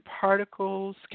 particles